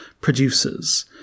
producers